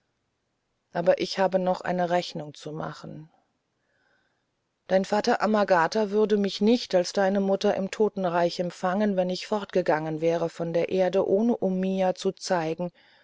aber ich habe noch eine rechnung zu machen dein vater amagata würde mich nicht als deine mutter im totenreich empfangen wenn ich fortgegangen wäre von der erde ohne omiya zu zeigen